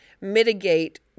mitigate